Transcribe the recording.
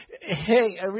Hey